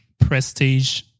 prestige